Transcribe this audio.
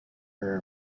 are